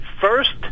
first